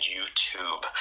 YouTube